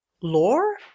lore